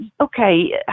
okay